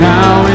Now